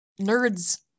nerds